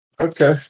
Okay